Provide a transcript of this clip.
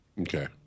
okay